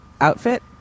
outfit